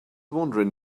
wondering